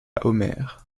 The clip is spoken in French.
homer